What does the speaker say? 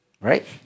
right